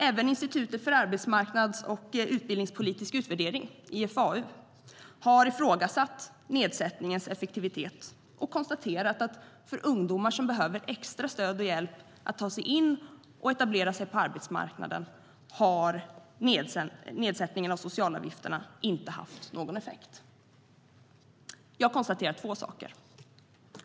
Även Institutet för arbetsmarknads och utbildningspolitisk utvärdering, IFAU, har ifrågasatt nedsättningens effektivitet och konstaterat att för ungdomar som behöver extra stöd och hjälp för att ta sig in och etablera sig på arbetsmarknaden har nedsättningen av socialavgifterna inte haft någon effekt. Jag konstaterar två saker.